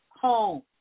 Home